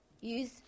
use